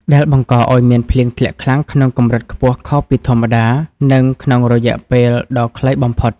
ដែលបង្កឱ្យមានភ្លៀងធ្លាក់ខ្លាំងក្នុងកម្រិតខ្ពស់ខុសពីធម្មតា និងក្នុងរយៈពេលដ៏ខ្លីបំផុត។